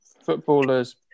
footballers